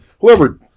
Whoever